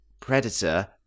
predator